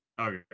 Okay